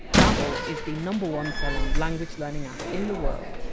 babbel is the number one selling language learning app in the world.